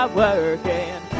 working